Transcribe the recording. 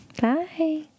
bye